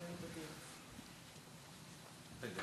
דרך אגב,